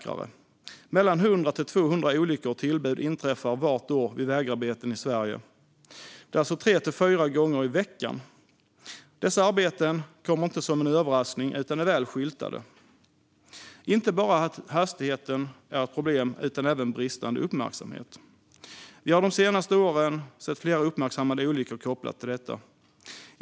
Varje år inträffar mellan 100 och 200 olyckor och tillbud vid vägarbeten i Sverige. Det sker alltså tre till fyra gånger i veckan. Dessa arbeten kommer inte som en överraskning utan är väl skyltade. Inte bara hastigheten är ett problem utan även bristande uppmärksamhet. Vi har de senaste åren sett flera uppmärksammade olyckor kopplat till detta.